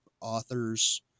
authors